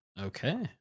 okay